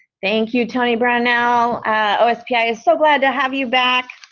thank you tony brown, now ospi is so glad to have you back,